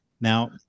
Now